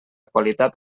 qualitat